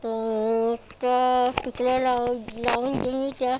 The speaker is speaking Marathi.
तर त्या टिकल्या लाव लावून दिली त्या